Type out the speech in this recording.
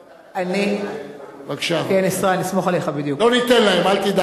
אני אספר להם מה עשו ליהודים בסוריה.